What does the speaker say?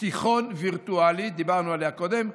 "תיכון וירטואלי" דיברנו עליה קודם,